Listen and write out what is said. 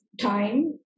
time